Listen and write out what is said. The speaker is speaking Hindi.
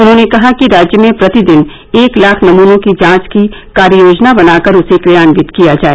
उन्होंने कहा कि राज्य में प्रतिदिन एक लाख नमूनों की जांच की कार्ययोजना बनाकर उसे क्रियान्वित किया जाए